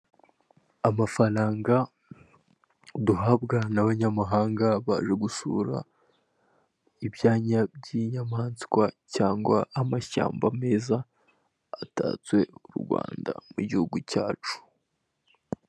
Amafaranga duhabwa n'abanyamahanga baje gusura ibyanya by'inyamaswa cyangwa amashyamba meza atatse u Rwanda nk'igihugu cyacu.